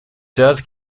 does